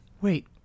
Wait